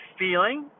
feeling